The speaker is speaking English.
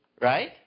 right